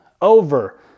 over